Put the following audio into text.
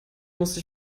musste